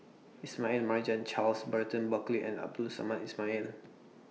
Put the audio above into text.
Ismail Marjan Charles Burton Buckley and Abdul Samad Ismail